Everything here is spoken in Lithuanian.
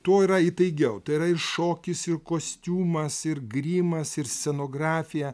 tuo yra įtaigiau tai yra ir šokis ir kostiumas ir grimas ir scenografija